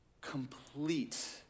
complete